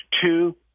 two